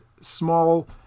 small